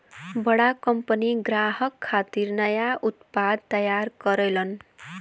बड़ा कंपनी ग्राहक खातिर नया उत्पाद तैयार करलन